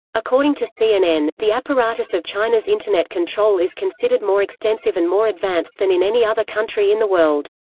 according to cnn, the apparatus of china's internet control is considered more extensive and more advanced than in any other country in the world.